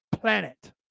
planet